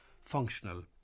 functional